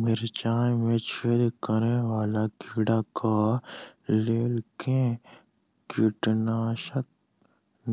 मिर्चाय मे छेद करै वला कीड़ा कऽ लेल केँ कीटनाशक